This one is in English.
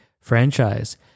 franchise